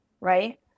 right